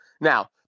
Now